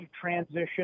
transition